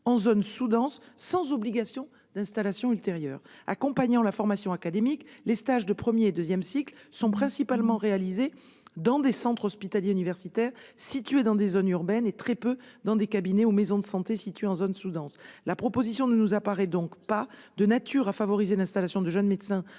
en zone sous-dense sans obligation d'installation ultérieure. Accompagnant la formation académique, les stages de premier et de deuxième cycle sont principalement réalisés dans des centres hospitaliers universitaires, qui sont situés dans des zones urbaines, et très peu dans des cabinets ou maisons de santé situés en zone sous-dense. La proposition ne nous paraît donc pas de nature à favoriser l'installation de jeunes médecins